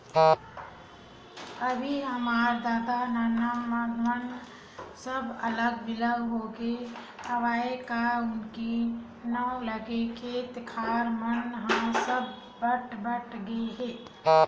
अभी हमर ददा मन ह सब अलग बिलग होगे हवय ना उहीं नांव लेके खेत खार मन ह सब बट बट गे हे